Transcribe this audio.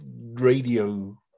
radio